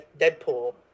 Deadpool